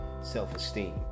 self-esteem